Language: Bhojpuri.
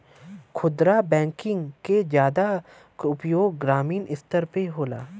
खुदरा बैंकिंग के जादा उपयोग ग्रामीन स्तर पे होला